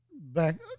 back